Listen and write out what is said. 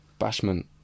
bashment